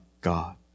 God